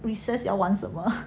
recess 我要玩什么